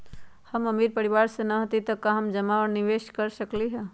हम अमीर परिवार से न हती त का हम जमा और निवेस कर सकली ह?